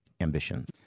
ambitions